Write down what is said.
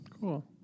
Cool